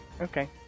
okay